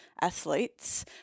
athletes